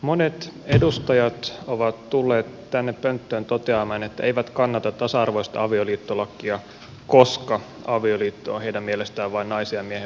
monet edustajat ovat tulleet tänne pönttöön toteamaan että eivät kannata tasa arvoista avioliittolakia koska avioliitto on heidän mielestään vain naisen ja miehen välinen liitto